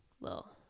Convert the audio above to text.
little